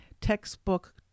textbook